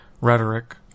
rhetoric